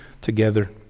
together